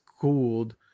cooled